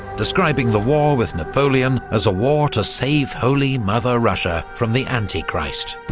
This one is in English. describing the war with napoleon as a war to save holy mother russia from the antichrist.